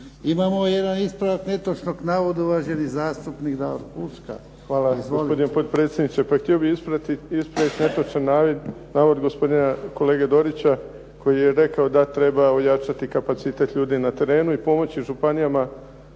Imamo jedan ispravak netočnog navoda. Uvaženi zastupnik Davor Huška. Izvolite. **Huška, Davor (HDZ)** Hvala, gospodine potpredsjedniče. Htio bih ispraviti netočan navod gospodina kolege Dorića koji je rekao da treba ojačati kapacitet ljudi na terenu i pomoći županijama